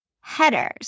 headers